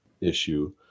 issue